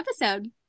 episode